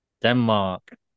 Denmark